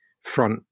front